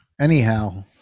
Anyhow